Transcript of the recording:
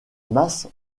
masse